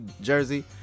jersey